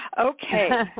Okay